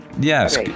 yes